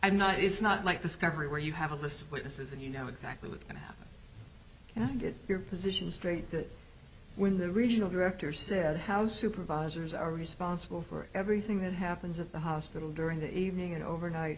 i'm not it's not like discovery where you have a list of witnesses and you know exactly what's going to happen and i get your position straight that when the regional director said house supervisors are responsible for everything that happens at the hospital during the evening and overnight